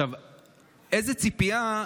איזו ציפייה,